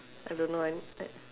I don't know I I